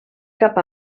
cap